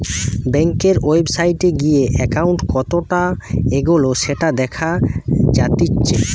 বেংকের ওয়েবসাইটে গিয়ে একাউন্ট কতটা এগোলো সেটা দেখা জাতিচ্চে